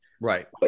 Right